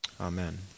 Amen